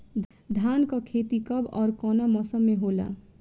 धान क खेती कब ओर कवना मौसम में होला?